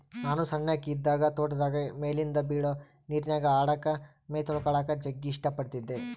ನಾನು ಸಣ್ಣಕಿ ಇದ್ದಾಗ ತೋಟದಾಗ ಮೇಲಿಂದ ಬೀಳೊ ನೀರಿನ್ಯಾಗ ಆಡಕ, ಮೈತೊಳಕಳಕ ಜಗ್ಗಿ ಇಷ್ಟ ಪಡತ್ತಿದ್ದೆ